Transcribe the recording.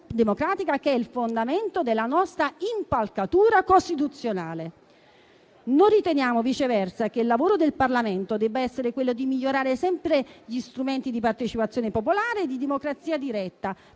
fondamento della nostra impalcatura costituzionale. Riteniamo, viceversa, che il lavoro del Parlamento debba essere quello di migliorare sempre gli strumenti di partecipazione popolare e di democrazia diretta,